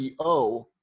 CEO